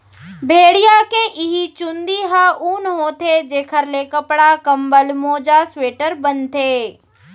भेड़िया के इहीं चूंदी ह ऊन होथे जेखर ले कपड़ा, कंबल, मोजा, स्वेटर बनथे